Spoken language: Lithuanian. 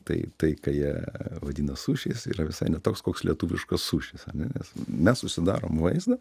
tai tai ką jie vadina sušiais yra visai ne toks koks lietuviškas sušis ane nes mes susidarom vaizdą